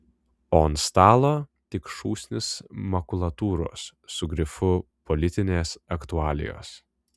o ant stalo tik šūsnys makulatūros su grifu politinės aktualijos